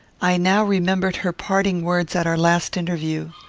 i now remembered her parting words at our last interview.